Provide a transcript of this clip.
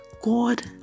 God